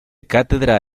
cátedra